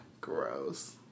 Gross